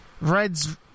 Reds